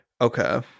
okay